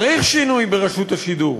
צריך שינוי ברשות השידור,